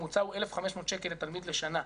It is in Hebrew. הממוצע הוא 1,500 שקל לתלמיד לשנה.